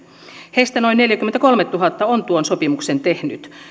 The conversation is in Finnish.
heistä noin neljäkymmentäkolmetuhatta on tuon sopimuksen tehnyt